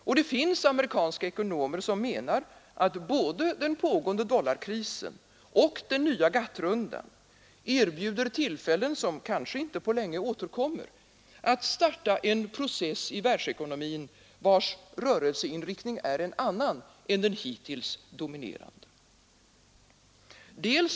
Och det finns amerikanska ekonomer som menar att både den pågående dollarkrisen och den nya GATT-rundan erbjuder tillfällen som kanske inte återkommer på länge att starta en process i världsekonomin vars rörelseinriktning är en annan än den hittills dominerande.